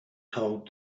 told